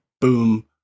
boom